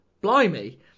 blimey